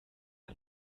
der